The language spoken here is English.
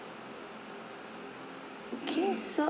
okay so